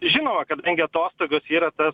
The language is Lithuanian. žinoma kadangi atostogos yra tas